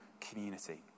community